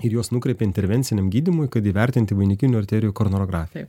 ir juos nukreipė intervenciniam gydymui kad įvertinti vainikinių arterijų koronarografija